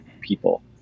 people